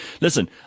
Listen